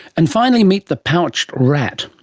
and finally meet the pouched rat,